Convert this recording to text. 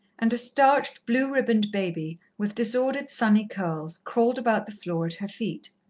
and a starched, blue-ribboned baby, with disordered, sunny curls, crawled about the floor at her feet.